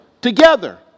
together